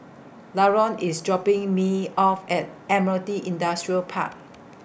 Laron IS dropping Me off At Admiralty Industrial Park